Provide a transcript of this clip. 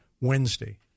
Wednesday